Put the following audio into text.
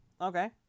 Okay